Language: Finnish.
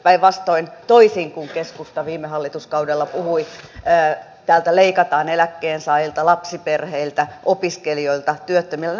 päinvastoin toisin kuin keskusta viime hallituskaudella puhui täältä leikataan eläkkeensaajilta lapsiperheiltä opiskelijoilta työttömiltä